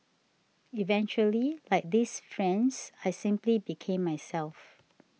eventually like these friends I simply became myself